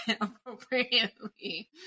appropriately